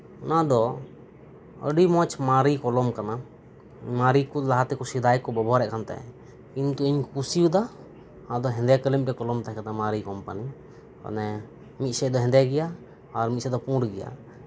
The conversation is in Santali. ᱚᱱᱟ ᱫᱚ ᱟᱹᱰᱤ ᱢᱚᱸᱡᱽ ᱢᱟᱨᱮ ᱠᱚᱞᱚᱢ ᱠᱟᱱᱟ ᱢᱟᱨᱮ ᱠᱚ ᱞᱮᱦᱟᱛᱮ ᱥᱮᱫᱟᱭ ᱠᱚ ᱵᱮᱵᱚᱦᱟᱨ ᱮᱫ ᱛᱟᱦᱮᱱ ᱠᱤᱱᱛᱩ ᱤᱧ ᱠᱩᱥᱤᱭᱟᱫᱟ ᱟᱫᱚ ᱦᱮᱸᱫᱮ ᱠᱟᱹᱞᱤ ᱢᱤᱫᱴᱮᱱ ᱠᱚᱞᱚᱢ ᱛᱟᱦᱮᱸ ᱠᱟᱱ ᱛᱤᱧᱟᱹ ᱢᱟᱨᱮ ᱠᱳᱢᱯᱟᱱᱤ ᱢᱟᱱᱮ ᱢᱤᱫ ᱥᱮᱫ ᱫᱚ ᱦᱮᱸᱫᱮ ᱜᱮᱭᱟ ᱟᱨ ᱢᱤᱫ ᱥᱮᱫ ᱫ ᱯᱩᱸᱰ ᱜᱮᱭᱟ